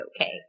okay